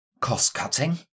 cost-cutting